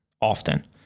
often